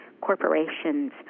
corporations